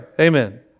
Amen